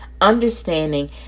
understanding